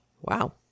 Wow